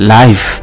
life